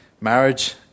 Marriage